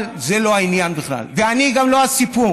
אבל זה לא העניין בכלל, ואני גם לא הסיפור.